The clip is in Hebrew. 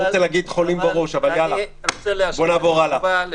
אני לא רוצה להגיד "חולים בראש" אבל נעבור הלאה.